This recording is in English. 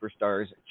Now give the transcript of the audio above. Superstars